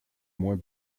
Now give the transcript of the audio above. moins